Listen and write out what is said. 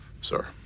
Sir